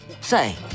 Say